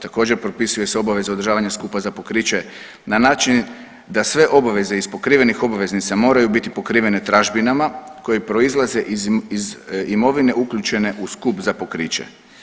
Također propisuje se obaveza održavanja skupa za pokriće na način da sve obveze iz pokrivenih obveznica moraju biti pokrivene tražbinama koje proizlaze iz imovine uključene u skup za pokriće.